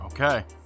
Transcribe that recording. Okay